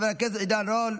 חבר הכנסת עידן רול,